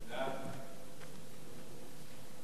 חוק